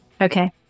Okay